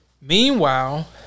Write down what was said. meanwhile